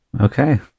Okay